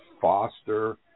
foster